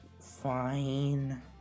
fine